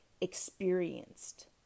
experienced